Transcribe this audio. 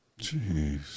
jeez